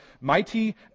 mighty